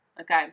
Okay